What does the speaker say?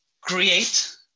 create